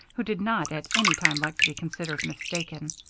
who did not at any time like to be considered mistaken.